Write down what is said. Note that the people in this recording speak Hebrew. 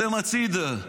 אתם הצידה.